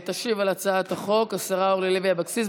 תשיב על הצעת החוק השרה אורלי לוי אבקסיס,